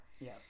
Yes